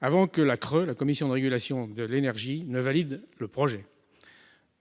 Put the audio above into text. avant que la Commission de régulation de l'énergie, la CRE, ne valide le projet.